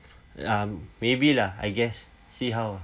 um maybe lah I guess see how